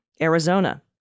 Arizona